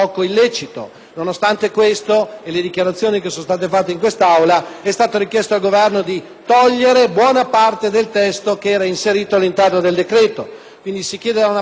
Nonostante questo e le dichiarazioni che sono state fatte in quest'Aula, è stato richiesto al Governo di eliminare buona parte del testo che era inserito all'interno del decreto;